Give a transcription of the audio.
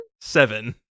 Seven